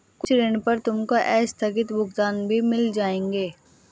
कुछ ऋणों पर तुमको आस्थगित भुगतान भी मिल जाएंगे